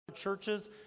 churches